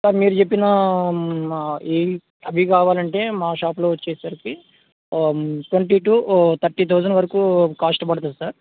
sir మీరు చెప్పిన ఇవి కావాలంటే మా షాప్లో వచ్చేసరికి ట్వంటీ టు థర్టీ థౌజండ్ వరకు కాస్ట్ పడుతుంది సార్